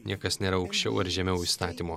niekas nėra aukščiau ar žemiau įstatymo